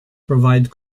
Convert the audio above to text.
provide